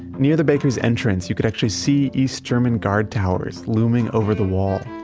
near the bakery's entrance, you could actually see east german guard towers looming over the wall.